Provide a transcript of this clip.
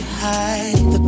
hide